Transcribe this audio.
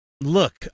Look